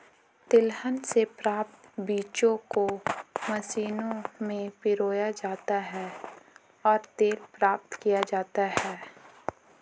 तिलहन से प्राप्त बीजों को मशीनों में पिरोया जाता है और तेल प्राप्त किया जाता है